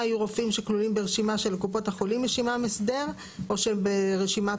יהיו רופאים שכלולים ברשימה שלקופות החולים יש עמם הסדר או שהם ברשימת